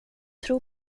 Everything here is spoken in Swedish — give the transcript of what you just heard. tro